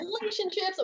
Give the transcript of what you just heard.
relationships